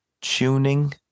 tuning